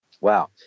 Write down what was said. Wow